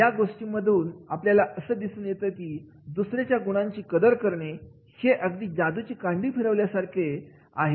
या गोष्टींमधून आपल्याला असं दिसून येतं की दुसऱ्यांच्या गुणांची कदर करणे हे एखादी जादूची कांडी फिरवल्याप्रमाणे प्रमाणे काम करते